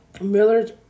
Miller's